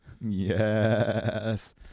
Yes